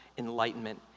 enlightenment